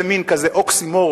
זה מין כזה אוקסימורון.